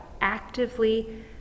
actively